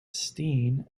steen